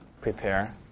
prepare